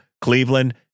Cleveland